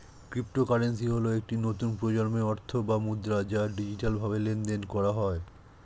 cryptocurrency হল একটি নতুন প্রজন্মের অর্থ বা মুদ্রা যা ডিজিটালভাবে লেনদেন করা হয়